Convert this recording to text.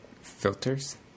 Filters